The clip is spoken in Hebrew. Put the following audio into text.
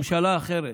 ממשלה אחרת.